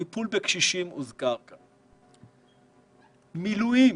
הוזכר כאן טיפול בקשישים, אבל גם מילואים.